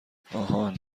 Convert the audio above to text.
آهان